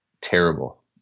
terrible